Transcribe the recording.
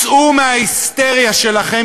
צאו מההיסטריה שלכם,